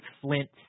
Flint